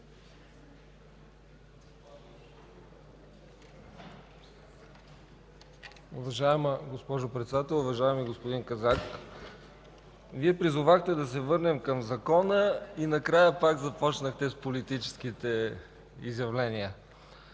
Уважаема госпожо Председател, уважаеми господин Казак! Вие призовахте да се върнем към Закона и накрая пак започнахте с политическите изявления.